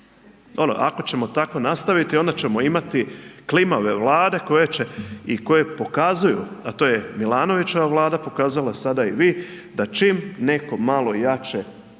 Ako ćemo tako nastaviti onda ćemo imati klimave Vlade koje će i koje pokazuju, a to je Milanovićeva Vlada pokazala, sada i vi, da čim netko malo jače